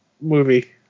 movie